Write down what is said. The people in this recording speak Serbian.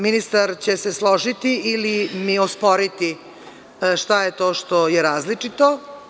Ministar će se složiti ili mi osporiti šta je to što je različito.